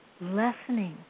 lessening